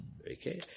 Okay